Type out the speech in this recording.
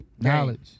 Knowledge